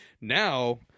Now